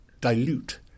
dilute